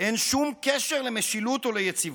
אן שום קשר למשילות או ליציבות.